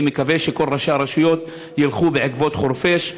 אני מקווה שכל ראשי הרשויות ילכו בעקבות חורפיש,